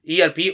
ERP